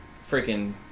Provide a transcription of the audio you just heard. freaking